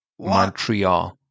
Montreal